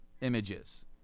images